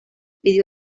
pidió